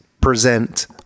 present